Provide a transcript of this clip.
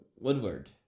Woodward